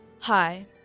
Hi